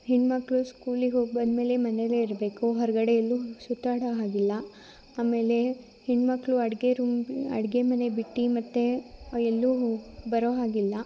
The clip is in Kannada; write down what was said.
ಹೆಣ್ಮಕ್ಕಳು ಸ್ಕೂಲಿಗೆ ಹೋಗಿ ಬಂದಮೇಲೆ ಮನೇಯಲೆ ಇರಬೇಕು ಹೊರಗಡೆ ಎಲ್ಲು ಸುತ್ತಾಡೋ ಹಾಗಿಲ್ಲ ಆಮೇಲೆ ಹೆಣ್ಮಕ್ಕಳು ಅಡುಗೆ ರೂಮ್ ಬಿ ಅಡುಗೆ ಮನೆ ಬಿಟ್ಟು ಮತ್ತು ಎಲ್ಲೂ ಬರೋ ಹಾಗಿಲ್ಲ